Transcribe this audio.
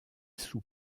sous